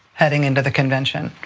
heading into the convention.